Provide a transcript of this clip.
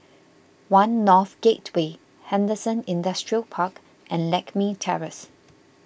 one North Gateway Henderson Industrial Park and Lakme Terrace